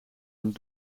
een